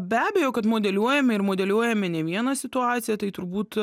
be abejo kad modeliuojame ir modeliuojame ne vieną situaciją tai turbūt